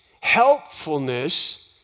helpfulness